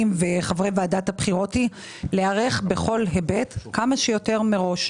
וחברי ועדת הבחירות היא להיערך בכל היבט כמה שיותר מראש,